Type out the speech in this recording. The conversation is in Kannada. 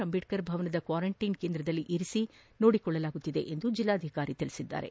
ಅಂಬೇಡ್ಕರ್ ಭವನದ ಕ್ವಾರಂಟೈನ್ ಕೇಂದ್ರದಲ್ಲಿ ಇರಿಸಿ ಚಿಕಿಕ್ಸೆ ನೀಡಲಾಗುತ್ತಿದೆ ಎಂದು ಜಲ್ಲಾಧಿಕಾರಿ ಹೇಳಿದ್ದಾರೆ